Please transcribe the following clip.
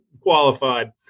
qualified